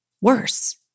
worse